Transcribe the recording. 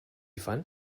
fun